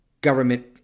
government